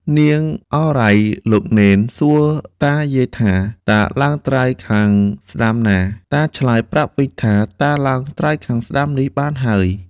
នាងឱរ៉ៃលោកនេន សួរតាយាយថា " តាឡើងត្រើយខាងស្តាំណា?" ។ តាឆ្លើយ ប្រាប់វិញថា " តាឡើងត្រើយខាងស្តាំនេះបានហើយ" ។